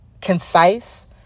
concise